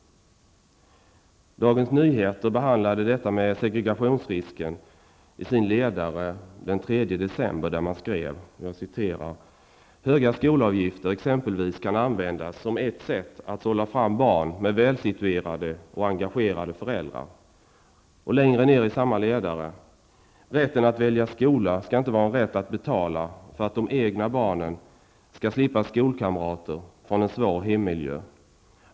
Dagens Nyheter behandlade detta med segregationsrisken i sin ledare den 3 december där man skrev: ''Höga skolavgifter exempelvis kan användas som ett sätt att sålla fram barn med välsituerade och engagerade föräldrar. -- Rätten att välja skola ska inte vara en rätt att betala för att de egna barnen ska slippa skolkamrater som kommer från en svår hemmiljö.